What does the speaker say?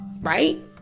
right